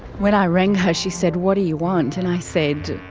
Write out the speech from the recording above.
when i rang her she said what do you want? and i said,